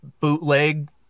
bootleg